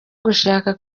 gushaka